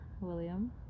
William